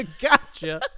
Gotcha